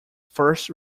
first